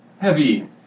Heavy